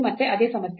ಮತ್ತೆ ಅದೇ ಸಮಸ್ಯೆ